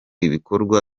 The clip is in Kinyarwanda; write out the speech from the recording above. ibikorwa